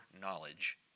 knowledge